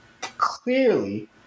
clearly